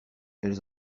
elles